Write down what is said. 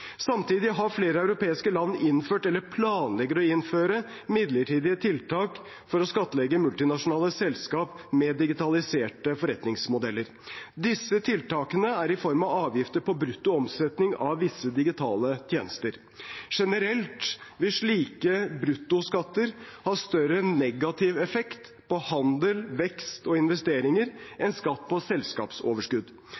Samtidig har flere europeiske land innført eller planlegger å innføre midlertidige tiltak for å skattlegge multinasjonale selskap med digitaliserte forretningsmodeller. Disse tiltakene er i form av avgifter på brutto omsetning av visse digitale tjenester. Generelt vil slike bruttoskatter ha større negativ effekt på handel, vekst og investeringer